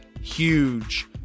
huge